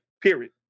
Period